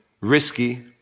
risky